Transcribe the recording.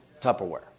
Tupperware